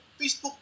Facebook